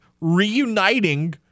reuniting